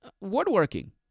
woodworking